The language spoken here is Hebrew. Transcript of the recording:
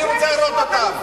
אני רוצה לראות אותם.